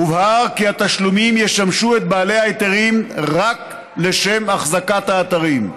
הובהר כי התשלומים ישמשו את בעלי ההיתרים רק לשם אחזקת האתרים.